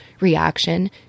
reaction